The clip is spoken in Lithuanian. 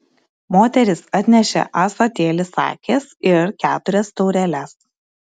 moteris atnešė ąsotėlį sakės ir keturias taureles